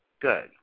good